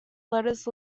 letters